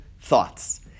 thoughts